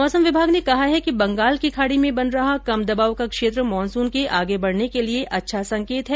मौसम विभाग ने कहा है कि बंगाल की खाड़ी में बन रहा कम दबाव का क्षेत्र मॉनसून के आगे बढ़ने के लिए अच्छा संकेत है